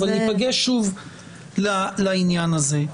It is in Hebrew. אבל ניפגש שוב לעניין הזה.